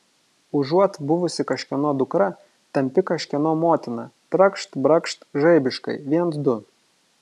užuot buvusi kažkieno dukra tampi kažkieno motina trakšt brakšt žaibiškai viens du